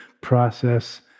process